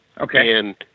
Okay